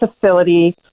facility